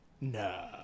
No